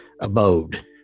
abode